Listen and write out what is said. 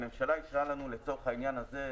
הממשלה אישרה לנו לצורך העניין הזה,